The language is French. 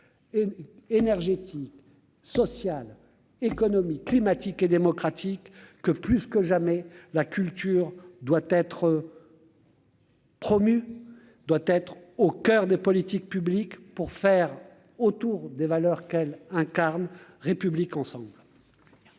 énergétique, sociales, économiques, climatiques et démocratique que plus que jamais la culture doit être. Doit être au coeur des politiques publiques pour faire autour des valeurs qu'elle incarne République ensemble.